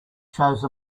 chose